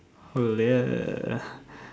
oh !yay!